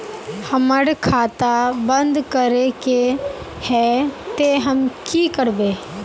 हमर खाता बंद करे के है ते हम की करबे?